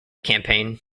campaign